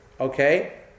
Okay